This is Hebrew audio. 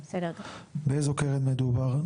באיזה קרן מדובר.